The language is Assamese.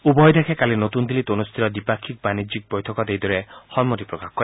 উভয় দেশে কালি নতুন দিল্লীত অনুষ্ঠিত দ্বিপাক্ষিক বাণিজ্যিক বৈঠকত এইদৰে সন্মতি প্ৰকাশ কৰে